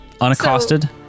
unaccosted